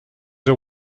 are